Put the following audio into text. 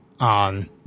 on